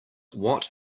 what